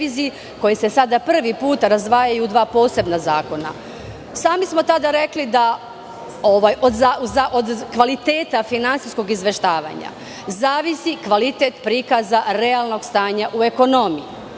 koji se sada prvi put razdvajaju u dva posebna zakona. Sami smo tada rekli da od kvaliteta finansijskog izveštavanja zavisi kvalitet prikaza realnog stanja u ekonomiji,